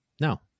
No